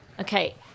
Okay